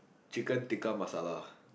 chicken Tikka masala